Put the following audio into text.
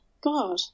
God